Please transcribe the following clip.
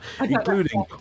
Including